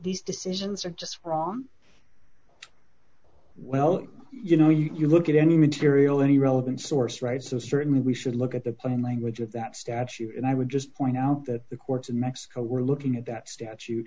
these decisions are just wrong well you know you look at any material any relevant source right so certainly we should look at the plain language of that statute and i would just point out that the courts in mexico were looking at that statute